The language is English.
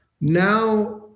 now